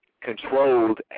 controlled